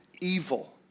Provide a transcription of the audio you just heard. evil